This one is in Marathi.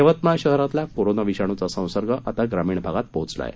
यवतमाळ शहरातला कोरोना विषाणूचा संसर्ग आता ग्रामीण भागात पोहोचला आहे